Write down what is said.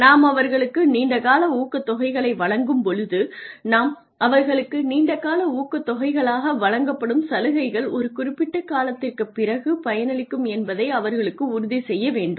நாம் அவர்களுக்கு நீண்ட கால ஊக்கத்தொகைகளை வழங்கும் பொழுது நாம் அவர்களுக்கு நீண்ட கால ஊக்கத்தொகைகளாக வழங்கப்படும் சலுகைகள் ஒரு குறிப்பிட்ட காலத்திற்குப் பிறகு பயனளிக்கும் என்பதை அவர்களுக்கு உறுதிசெய்ய வேண்டும்